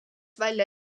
välja